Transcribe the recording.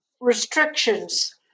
restrictions